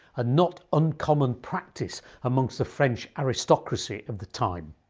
a not uncommon practice amongst the french aristocracy of the time.